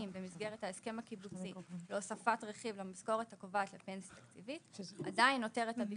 בהסכמים קיבוציים, הם לא צד ואין להם